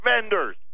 vendors